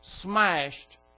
smashed